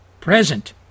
present